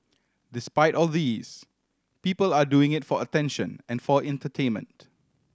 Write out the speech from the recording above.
despite all these people are doing it for attention and for entertainment